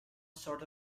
sort